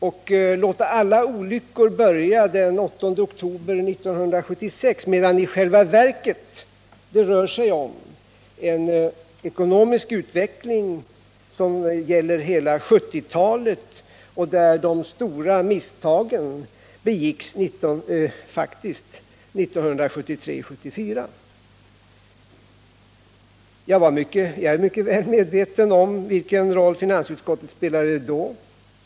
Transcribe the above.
och man låter alla olyckor börja den 8 oktober 1976, medan det i själva verket rör sig om den ekonomiska utvecklingen under hela 1970-talet, då de stora misstagen faktiskt begicks åren 1973 och 1974. Jag är mycket väl medveten om den roll som finansutskottet då spelade.